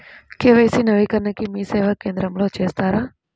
KYC నవీకరణని మీసేవా కేంద్రం లో చేస్తారా?